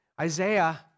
Isaiah